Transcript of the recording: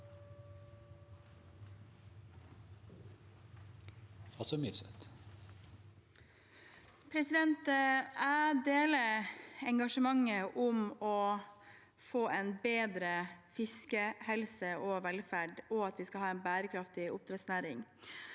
Jeg deler enga- sjementet for å få en bedre fiskehelse og -velferd, og for at vi skal ha en bærekraftig oppdrettsnæring.